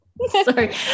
Sorry